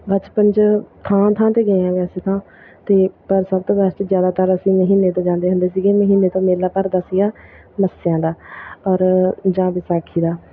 ਬਚਪਨ 'ਚ ਥਾਂ ਥਾਂ 'ਤੇ ਗਏ ਹਾਂ ਵੈਸੇ ਤਾਂ ਅਤੇ ਪਰ ਸਭ ਤੋਂ ਬੈਸਟ ਜ਼ਿਆਦਾਤਰ ਅਸੀਂ ਮਹੀਨੇ ਤੋਂ ਜਾਂਦੇ ਹੁੰਦੇ ਸੀਗੇ ਮਹੀਨੇ ਤੋਂ ਮੇਲਾ ਭਰਦਾ ਸੀਗਾ ਮੱਸਿਆਂ ਦਾ ਪਰ ਜਾਂ ਵਿਸਾਖੀ ਦਾ